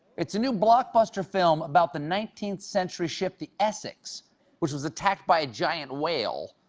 it's a new blockbuster film about the nineteenth century ship the essex which was attacked by a giant whale.